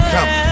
Come